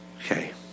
Okay